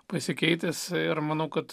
pasikeitęs ir manau kad